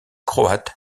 croate